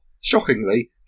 shockingly